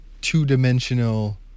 two-dimensional